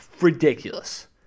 ridiculous